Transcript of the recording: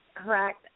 Correct